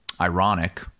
ironic